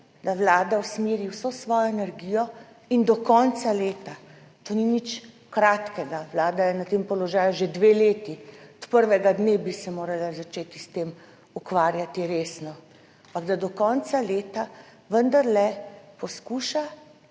da vlada usmeri vso svojo energijo in do konca leta, to ni nič kratkega, vlada je na tem položaju že dve leti, od prvega dne bi se morala začeti s tem ukvarjati resno, ampak da do konca leta vendarle poskuša